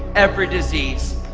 every disease,